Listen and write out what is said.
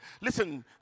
Listen